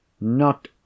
Not